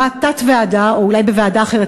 או אולי בוועדה אחרת,